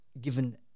given